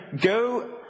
go